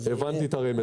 זה --- הבנתי את הרמז.